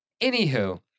Anywho